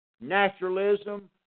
naturalism